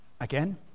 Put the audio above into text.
Again